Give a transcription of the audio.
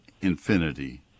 infinity